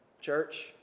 church